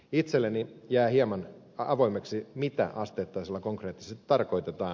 itselleni jää hieman avoimeksi mitä asteittaisella konkreettisesti tarkoitetaan